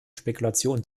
spekulationen